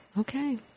Okay